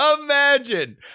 Imagine